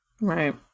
Right